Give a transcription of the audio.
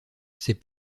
ses